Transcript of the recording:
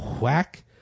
whack